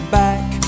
back